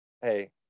Hey